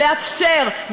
לאפשר,